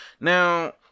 now